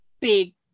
big